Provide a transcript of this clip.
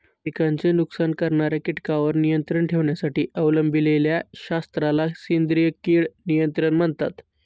पिकांचे नुकसान करणाऱ्या कीटकांवर नियंत्रण ठेवण्यासाठी अवलंबिलेल्या शास्त्राला सेंद्रिय कीड नियंत्रण म्हणतात